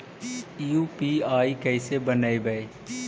UPI कैसे बनइबै?